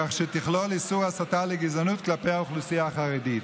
כך שתכלול איסור הסתה לגזענות כלפי האוכלוסייה החרדית.